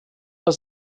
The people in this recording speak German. paar